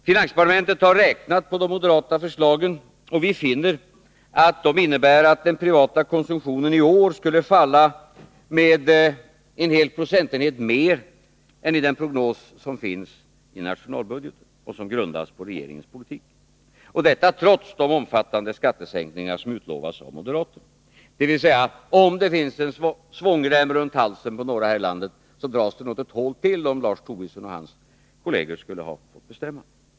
Finansdepartementet har räknat på de moderata förslagen, och vi finner att de innebär att den privata konsumtionen i år skulle falla med en hel procentenhet mer än i den prognos som finns i nationalbudgeten och som grundas på regeringens politik — detta trots de omfattande skattesänkningar som utlovas av moderaterna. Om det finns en svångrem runt halsen på några här i landet så dras den alltså åt ett hål till om Lars Tobisson och hans kolleger skulle få bestämma.